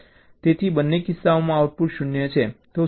તેથી બંને કિસ્સાઓમાં આઉટપુટ 0 છે